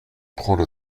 prends